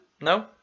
No